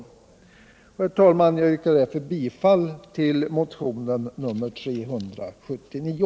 Mot denna bakgrund yrkar jag, herr talman, bifall till motionen 379.